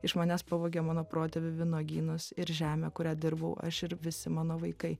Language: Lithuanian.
iš manęs pavogė mano protėvių vynuogynus ir žemę kurią dirbau aš ir visi mano vaikai